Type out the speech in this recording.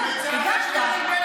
ריגשתם,